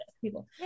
people